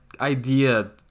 idea